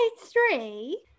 three